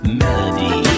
melody